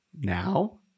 Now